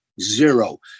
zero